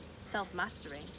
self-mastery